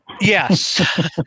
Yes